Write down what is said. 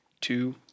two